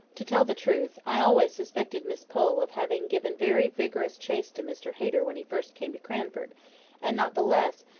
to tell the truth, i always suspected miss pole of having given very vigorous chase to mr hayter when he first came to cranford and not the less,